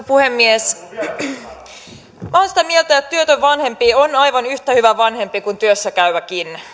puhemies olen sitä mieltä että työtön vanhempi on aivan yhtä hyvä vanhempi kuin työssä käyväkin